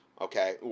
Okay